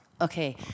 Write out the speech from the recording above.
Okay